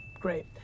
Great